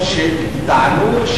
ההיסטוריה שטענו,